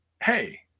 Hey